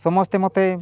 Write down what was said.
ସମସ୍ତେ ମୋତେ